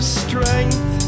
strength